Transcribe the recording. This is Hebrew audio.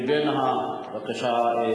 בבקשה.